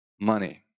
money